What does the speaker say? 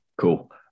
Cool